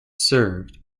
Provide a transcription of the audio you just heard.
served